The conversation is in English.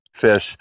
fish